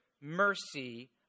mercy